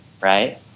right